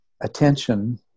attention